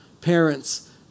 parents